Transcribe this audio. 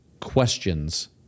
questions